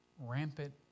rampant